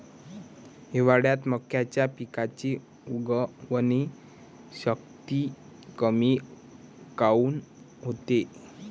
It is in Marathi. हिवाळ्यात मक्याच्या पिकाची उगवन शक्ती कमी काऊन होते?